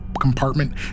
compartment